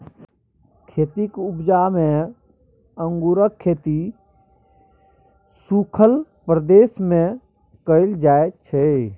खेतीक उपजा मे अंगुरक खेती सुखल प्रदेश मे कएल जाइ छै